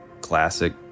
classic